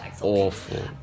Awful